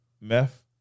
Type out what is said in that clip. Meth